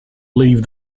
leave